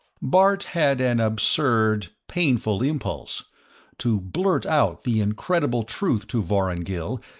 bart had an absurd, painful impulse to blurt out the incredible truth to vorongil,